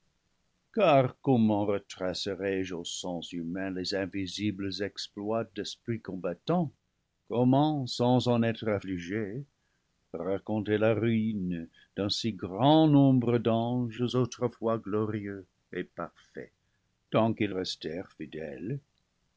car comment retracerai je aux sens humains les invisibles exploits d'esprits combattant com ment sans en être affligé raconter la ruine d'un si grand nombre d'anges autrefois glorieux et parfaits tant qu'ils res tèrent fidèles